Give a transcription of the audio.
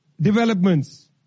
developments